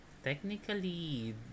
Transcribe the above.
Technically